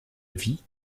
vie